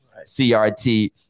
CRT